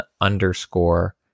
underscore